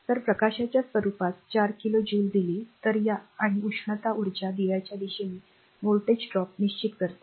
जर प्रकाशाच्या स्वरूपात 4 किलो जूल दिले तर आणि उष्णता उर्जा दिवाच्या दिशेने व्होल्टेज ड्रॉप निश्चित करते